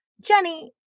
Jenny